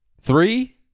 three